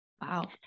Wow